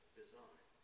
design